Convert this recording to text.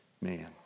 man